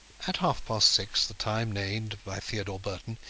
at half-past six, the time named by theodore burton,